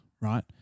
right